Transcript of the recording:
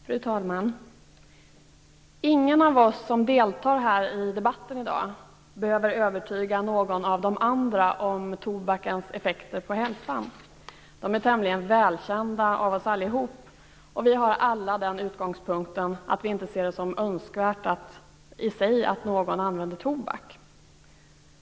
Fru talman! Ingen av oss som deltar i debatten i dag behöver övertyga någon av de andra om tobakens effekter på hälsan. De är tämligen välkända av oss alla. Vi har alla den utgångspunkten att vi inte ser det som önskvärt att någon använder tobak.